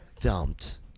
dumped